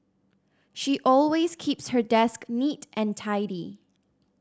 she always keeps her desk neat and tidy